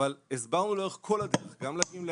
אבל הסברנו לאורך כך הדרך גם לגמלאים,